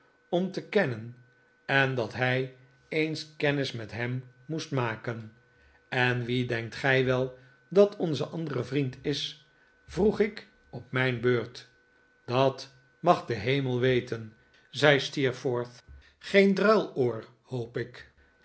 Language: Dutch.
om te kennen en dat hij eens kennis met hem moest maken en wie denkt gii wel dat onze andere vriend is vroeg ik op mijn beurt dat mag de hemel weten zei steerforth geen druiloor hoop ik